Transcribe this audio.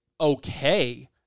okay